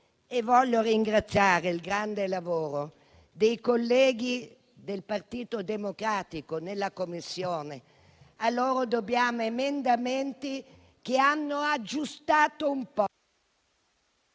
Voglio ringraziare il grande lavoro dei colleghi del Partito Democratico in 9a Commissione. A loro dobbiamo emendamenti che hanno aggiustato un po'...